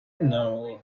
know